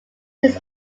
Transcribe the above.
his